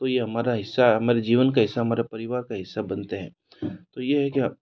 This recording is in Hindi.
तो ये हमारा हिस्सा हमारे जीवन का हिस्सा हमारे परिवार का हिस्सा बनते हैं तो यह है कि हाँ